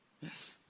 Yes